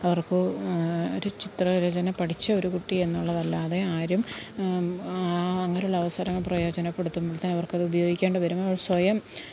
അവര്ക്കു ഒരു ചിത്രരചന പഠിച്ച ഒരു കുട്ടിയെന്നുള്ളതല്ലാതെ ആരും ആ അങ്ങനെ ഉള്ള അവസരങ്ങള് പ്രയോജനപ്പെടുത്തുമ്പത്തേന് അവർക്കത് ഉപയോഗിക്കേണ്ട വരുമ്പോള് സ്വയം